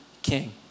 King